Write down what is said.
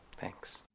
Thanks